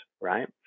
right